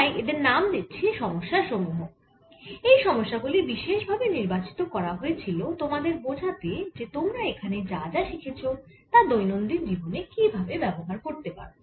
তাই এদের নাম দিচ্ছি সমস্যা সমূহ এই সমস্যা গুলি বিশেষ ভাবে নির্বাচিত করা হয়েছিল তোমাদের বোঝাতে যে তোমরা এখানে যা যা শিখেছো তা দৈনন্দিন জীবনে কিভাবে ব্যবহার করতে পারো